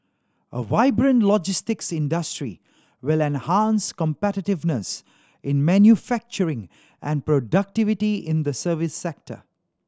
a vibrant logistics industry will enhance competitiveness in manufacturing and productivity in the service sector